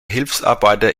hilfsarbeiter